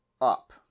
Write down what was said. up